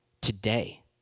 today